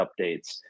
updates